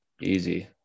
Easy